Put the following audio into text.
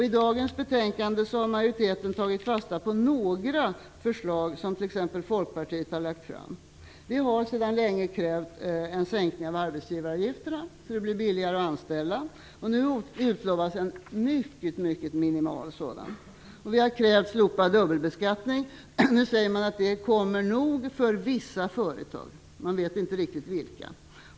I dagens betänkande har majoriteten tagit fasta på några av de förslag som t.ex. Folkpartiet har lagt fram. Vi har sedan länge krävt en sänkning av arbetsgivaravgifterna så att det skall bli billigare att anställa. Nu utlovas en mycket minimal sådan. Vi har krävt slopad dubbelbeskattning. Nu säger regeringen att detta nog kommer för vissa företag - man vet inte riktigt vilka.